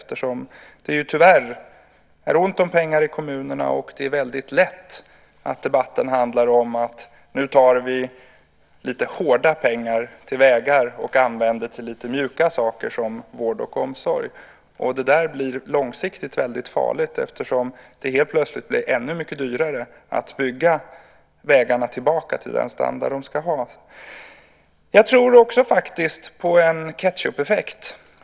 Tyvärr är det ju så, när det är ont om pengar i kommunerna, att det är väldigt lätt att debatten handlar om att nu tar vi lite hårda pengar, till vägar, och använder till lite mjuka saker, som vård och omsorg. Det blir långsiktigt väldigt farligt eftersom det helt plötsligt blir ännu mycket dyrare att bygga vägarna tillbaka till den standard som de ska ha. Jag tror faktiskt också på en ketchupeffekt.